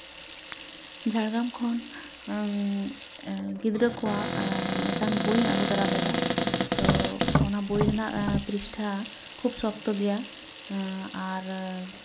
ᱡᱷᱟᱨᱜᱨᱟᱢ ᱠᱷᱚᱱ ᱜᱤᱫᱽᱨᱟᱹ ᱠᱚᱣᱟᱜ ᱢᱤᱫᱴᱟᱝ ᱵᱳᱭᱤᱧ ᱟᱜᱩ ᱫᱟᱨᱟ ᱞᱮᱫᱟ ᱛᱚ ᱚᱱᱟ ᱵᱳᱭ ᱨᱮᱱᱟᱜ ᱯᱨᱤᱥᱴᱷᱟ ᱠᱷᱩᱵ ᱥᱚᱠᱛᱚ ᱜᱮᱭᱟ ᱟᱨ